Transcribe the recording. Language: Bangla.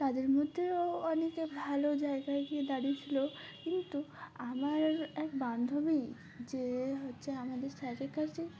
তাদের মধ্যেও অনেকে ভালো জায়গায় গিয়ে দাঁড়িয়েছিলো কিন্তু আমার এক বান্ধবী যে হচ্ছে আমাদের স্যারের কাছে